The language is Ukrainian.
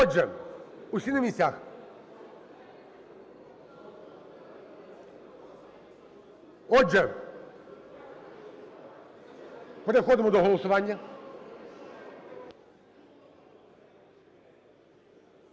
Отже, усі на місцях. Отже, переходимо до голосування.